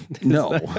No